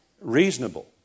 reasonable